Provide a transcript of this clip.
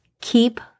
Keep